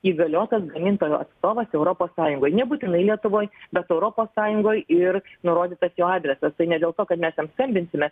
įgaliotas gamintojo atstovas europos sąjungoj nebūtinai lietuvoj bet europos sąjungoj ir nurodytas jo adresas tai ne dėl to kad mes jam skambinsime